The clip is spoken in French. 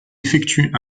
effectue